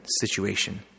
situation